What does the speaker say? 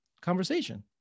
conversation